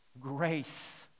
grace